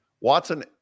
Watson